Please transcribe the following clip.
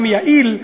וגם יעיל,